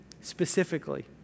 specifically